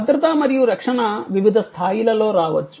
భద్రత మరియు రక్షణ వివిధ స్థాయిలలో రావచ్చు